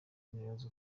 nibaza